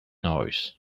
noise